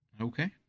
Okay